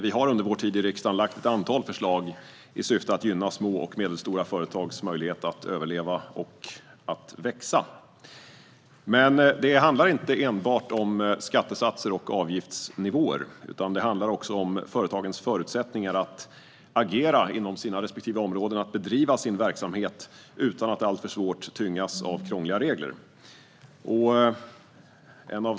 Vi har under vår tid i riksdagen lagt fram ett antal förslag i syfte att gynna små och medelstora företags möjlighet att överleva och växa. Det handlar dock inte enbart om skattesatser och avgiftsnivåer utan också om företagens förutsättningar att agera inom sina respektive områden och bedriva sin verksamhet utan att alltför hårt tyngas av krångliga regler.